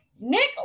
Nick